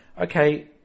okay